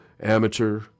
amateur